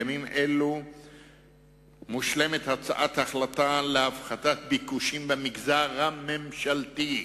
בימים אלה מושלמת הצעת החלטה להפחתת הביקוש במגזר הממשלתי,